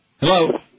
Hello